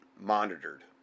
monitored